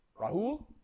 Rahul